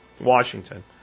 Washington